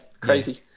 crazy